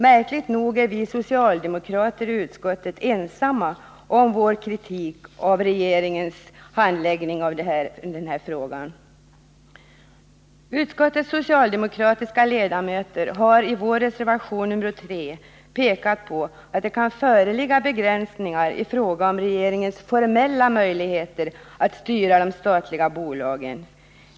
Märkligt nog är vi socialdemokrater i utskottet ensamma om vår kritik av regeringens handläggning av denna fråga. Utskottets socialdemokratiska ledamöter har i reservation nr 3 pekat på att det kan föreligga begränsningar i fråga om regeringens formella möjligheter att styra de statliga bolagen.